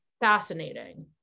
fascinating